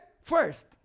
First